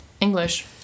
English